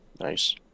Nice